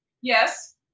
Yes